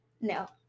No